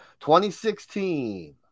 2016